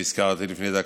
שהזכרתי לפני דקה,